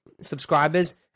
subscribers